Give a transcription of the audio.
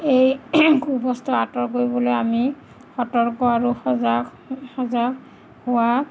এই কুবস্তু আঁতৰ কৰিবলৈ আমি সতৰ্ক আৰু সজাগ সজাগ হোৱা